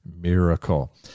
miracle